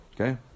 Okay